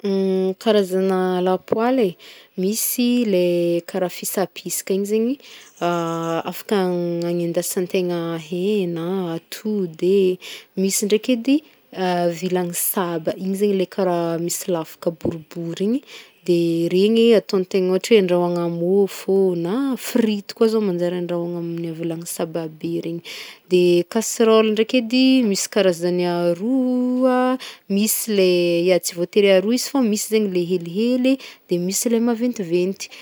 Karazana lapoaly e, misy le karaha fisapisaka igny zegny, afaka hanindasantegna hena a, atody e, misy ndraiky edy, vilany saba, igny zegny le karaha misy lavaka boribory igny de regny ataontegna ôhatra hoe andrahoagna môfô na frity koa zao manjary andrahoagna amin'ny vilany saba be regny, de kaseroly ndraiky edy misy karazagny aroa mise le, ya tsy voatery karazany aroa izy fa misy zegny le helihely de misy le maventiventy.